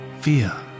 fear